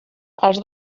els